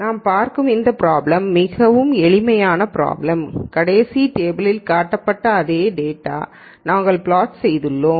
நாம் பார்க்கும் இந்த ப்ராப்ளம் மிகவும் எளிமையான ப்ராப்ளம் கடைசி டேபிளில் காட்டப்பட்ட அதே டேட்டாவை நாங்கள் பிளாட் செய்துள்ளோம்